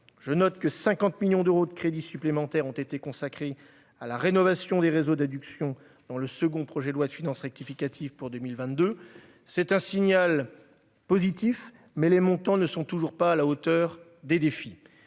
Je note que 50 millions d'euros de crédits supplémentaires ont été consacrés à la rénovation des réseaux d'adduction dans le second projet de loi de finances rectificative pour 2022. C'est un signal positif, mais les montants ne sont toujours pas à la hauteur des défis.